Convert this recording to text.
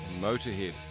Motorhead